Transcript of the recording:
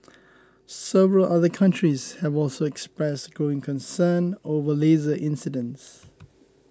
several other countries have also expressed growing concern over laser incidents